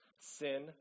Sin